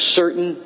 certain